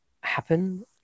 happen